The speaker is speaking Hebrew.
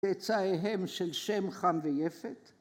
ביצעיהם של שם חם ויפת.